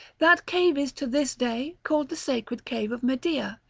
that cave is to this day called the sacred cave of medea,